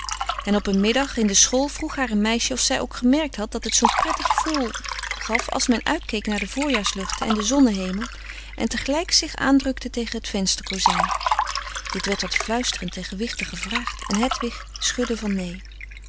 en op een middag in de school vroeg haar een meisje of zij ook gemerkt had dat het zoo'n prettig gevoel gaf als men uitkeek naar de voorjaarsluchten en den zonnehemel en tegelijk zich aandrukte tegen het vensterkozijn dit werd wat fluisterend en gewichtig gevraagd en hedwig schudde van nee